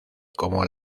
como